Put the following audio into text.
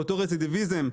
באותו רצידיביזם.